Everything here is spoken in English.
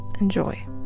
enjoy